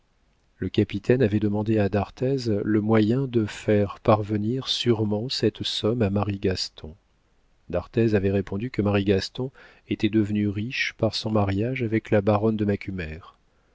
le capitaine avait demandé à d'arthez le moyen de faire parvenir sûrement cette somme à marie gaston d'arthez avait répondu que marie gaston était devenu riche par son mariage avec la baronne de macumer la